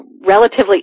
relatively